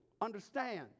understand